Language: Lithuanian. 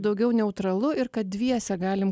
daugiau neutralu ir kad dviese galim